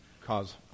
cause